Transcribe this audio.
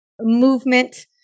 movement